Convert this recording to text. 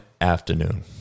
afternoon